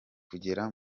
kugera